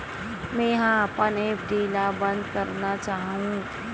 मेंहा अपन एफ.डी ला बंद करना चाहहु